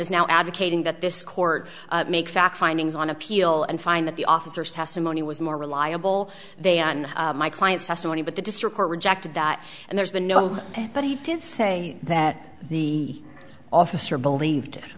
is now advocating that this court make fact findings on appeal and find that the officers testimony was more reliable they on my client's testimony but the district court rejected that and there's been no but he did say that the officer believed